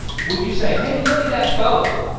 would you say, hey look at that boat?